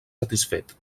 satisfet